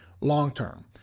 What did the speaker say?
long-term